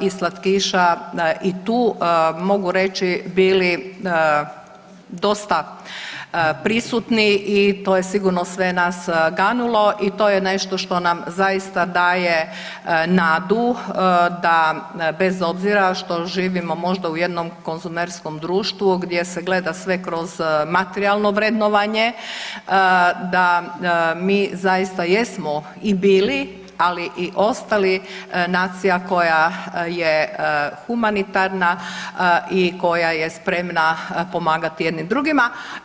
i slatkiša i tu mogu reći bili dosta prisutni i to je sigurno sve nas ganulo i to je nešto što nam zaista daje nadu da bez obzira što živimo možda u jednom konzumerskom društvu gdje se gleda sve kroz materijalno vrednovanje da mi zaista jesmo i bili, ali i ostali nacija koja je humanitarna i koja je spremna pomagati jedni drugima.